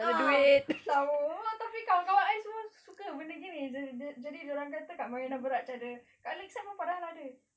ah tahu tapi kawan-kawan I semua suka benda gini jadi dorang kata kat marina barrage ada kat lakeside pun padahal ada